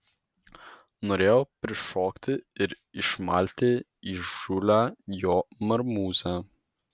norėjau prišokti ir išmalti įžūlią jo marmūzę